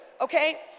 okay